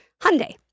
Hyundai